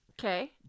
Okay